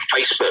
Facebook